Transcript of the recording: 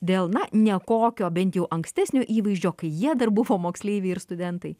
dėl na nekokio bent jau ankstesnio įvaizdžio kai jie dar buvo moksleiviai ir studentai